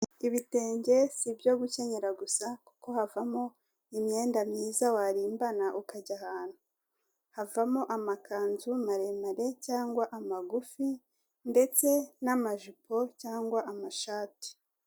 Ibitenge si ibyo gukenyera gusa kuko havamo imyenda myiza warimbana ukajya ahantu, havamo amakanzu maremare cyangwa amagufi ndetse n'amajipo cyangwa amashati.